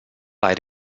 bei